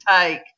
take